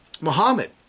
Muhammad